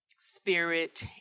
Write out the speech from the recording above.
spirit